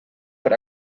per